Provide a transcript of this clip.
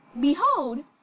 Behold